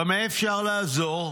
במה אפשר לעזור?'